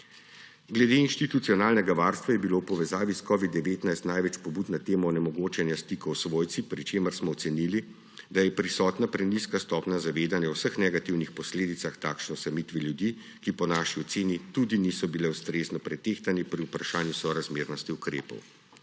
Glede institucionalnega varstva je bilo v povezavi s covidom-19 največ pobud na temo onemogočenja stikov s svojci, pri čemer smo ocenili, da je prisotna prenizka stopnja zavedanja vseh negativnih posledic take osamitve ljudi, ki po naši oceni tudi niso bile ustrezno pretehtane pri vprašanju sorazmernosti ukrepov.